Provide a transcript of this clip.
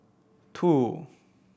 two